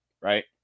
right